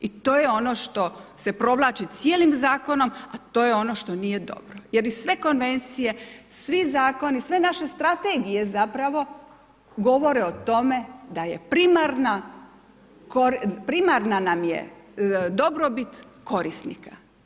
I to je ono što se provlači cijelim zakonom, a to je ono što nije dobro jer i sve konvencije, svi zakoni, sve naše strategije zapravo govore o tome da je primarna, primarna nam je dobrobit korisnika.